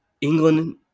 England